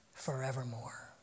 forevermore